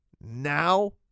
now